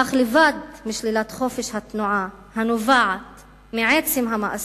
אך לבד משלילת חופש התנועה הנובעת מעצם המאסר,